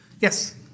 Yes